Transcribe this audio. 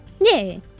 Yay